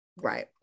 right